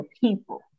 people